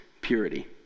purity